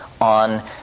on